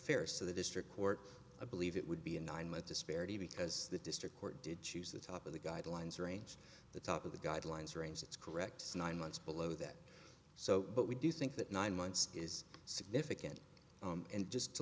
fair so the district court i believe it would be a nine month disparity because the district court did choose the top of the guidelines range the top of the guidelines rings it's correct nine months below that so but we do think that nine months is significant and just to